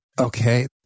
Okay